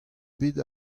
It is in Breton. bet